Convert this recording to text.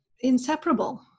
inseparable